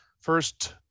first